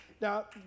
now